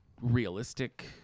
realistic